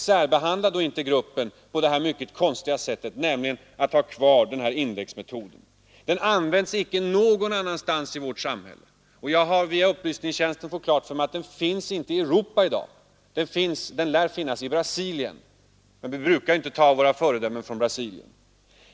Särbehandla då inte gruppen på det här mycket konstiga sättet genom att ha kvar indexregleringen! Den används icke någon annanstans i vårt samhälle. Jag har via upplysningstjänsten fått klart för mig att den inte tillämpas i Europa i dag. Den lär användas i Brasilien, men vi brukar ju inte hämta våra föredömen från Brasilien.